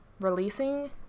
releasing